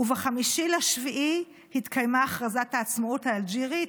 וב-5 ביולי התקיימה הכרזת העצמאות האלג'ירית.